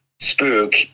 spook